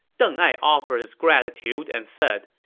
deng ai offered his gratitude and said,